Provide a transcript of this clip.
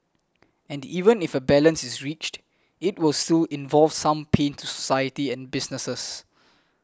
and even if a balance is reached it will still involve some pain to society and businesses